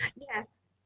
yes.